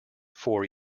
four